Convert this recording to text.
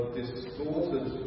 distorted